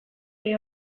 ere